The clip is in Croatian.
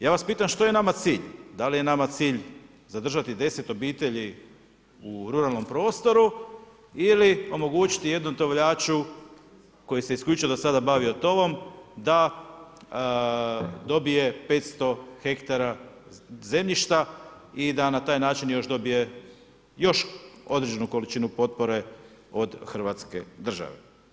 Ja vas pitam što je nama cilj, da li je nama cilj zadržati 10 obitelji u ruralnom prostoru ili omogućiti jednom dobavljaču koji se isključivo do sada bavio tovom da dobije 500 hektara zemljišta i da na taj način još dobije još određenu količinu potpore od hrvatske države.